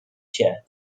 cię